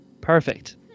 Perfect